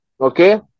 okay